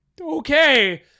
okay